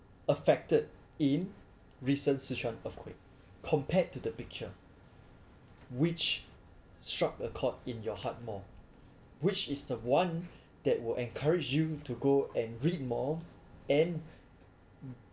affected in recent sichuan earthquake compared to the picture which struck a chord in your heart more which is the one that will encourage you to go and read more and